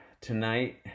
Tonight